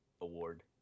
award